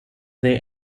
their